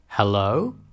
Hello